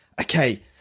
okay